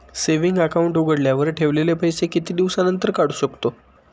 Saving account उघडल्यावर ठेवलेले पैसे किती दिवसानंतर काढू शकतो?